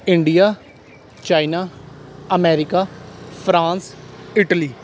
India China America France Italy